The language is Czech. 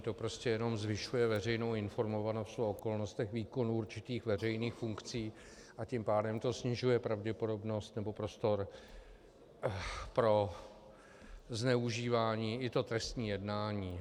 To prostě jen zvyšuje veřejnou informovanost o okolnostech výkonu určitých veřejných funkcí, a tím pádem to snižuje pravděpodobnost nebo prostor pro zneužívání i to trestní jednání.